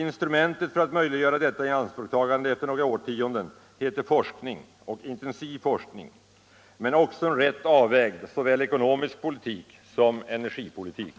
Instrumentet för att möjliggöra detta ianspråktagande efter några årtionden heter forskning och intensiv forskning men också en rätt avvägd såväl ekonomisk politik som energipolitik.